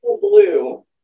blue